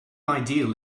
ideal